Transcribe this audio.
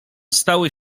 stały